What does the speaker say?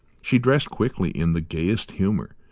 she dressed quickly, in the gayest humour,